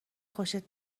خوشت